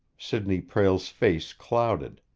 sidney prale's face clouded.